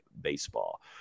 baseball